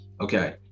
okay